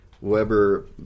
Weber